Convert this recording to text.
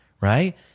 right